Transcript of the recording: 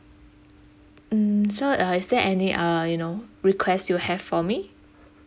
mm so uh is there any uh you know request you have for me